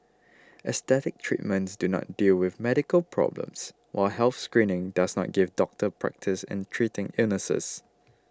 aesthetic treatments do not deal with medical problems while health screening does not give doctors practice in treating illnesses